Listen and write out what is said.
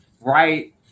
right